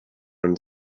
and